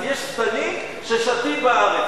אז יש שטנים ששטים בארץ,